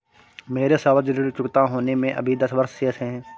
मेरे सावधि ऋण चुकता होने में अभी दस वर्ष शेष है